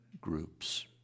groups